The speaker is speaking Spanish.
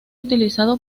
utilizado